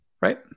right